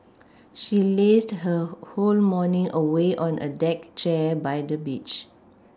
she lazed her whole morning away on a deck chair by the beach